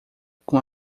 com